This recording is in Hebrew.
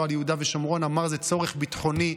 על יהודה ושומרון ואמר שזה צורך ביטחוני.